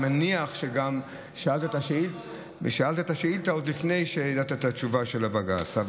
ואני מניח שגם שאלת את השאילתה עוד לפני שידעת את התשובה של הבג"ץ.